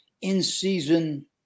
in-season